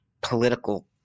political